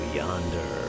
yonder